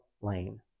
lane